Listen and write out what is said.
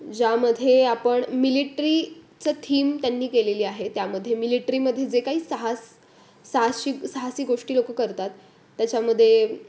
ज्यामध्ये आपण मिलिटरीचं थीम त्यांनी केलेली आहे त्यामध्ये मिलिटरीमध्ये जे काही साहस साहशी साहसी गोष्टी लोक करतात त्याच्यामध्ये